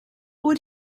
would